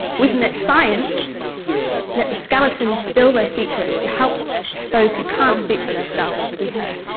we can let science let the skeletons spill their secrets to help those who can't speak for themselves be heard.